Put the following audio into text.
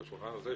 על השולחן הזה,